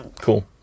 Cool